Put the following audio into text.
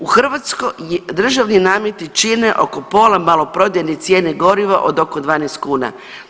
U hrvatskoj državi nameti čine oko pola maloprodajne cijene goriva od oko 12 kuna.